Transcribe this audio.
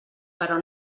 però